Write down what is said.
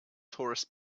tourists